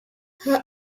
her